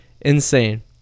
insane